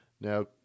Now